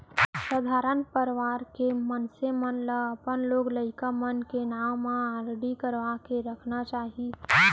सधारन परवार के मनसे मन ल अपन लोग लइका मन के नांव म आरडी करवा के रखना चाही